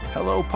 Hello